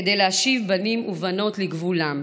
כדי להשיב בנים ובנות לגבולם.